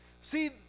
See